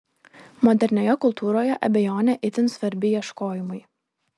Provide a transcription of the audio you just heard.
modernioje kultūroje abejonė itin svarbi ieškojimui